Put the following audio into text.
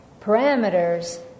parameters